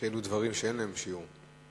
יש דברים שאין להם שיעור.